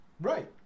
Right